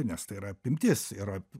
nes tai yra apimtis yra